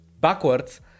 backwards